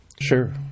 Sure